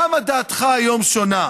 למה דעתך היום שונה?